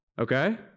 Okay